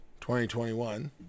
2021